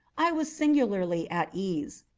i was singularly at ease.